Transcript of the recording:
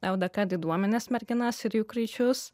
ldk diduomenės merginas ir jų kraičius